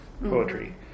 poetry